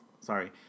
sorry